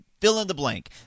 fill-in-the-blank